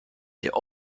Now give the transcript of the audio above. der